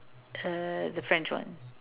uh the French one